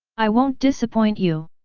i won't disappoint you!